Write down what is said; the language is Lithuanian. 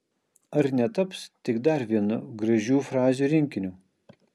ar netaps tik dar vienu gražių frazių rinkiniu